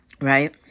right